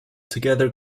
together